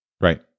Right